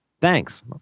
thanks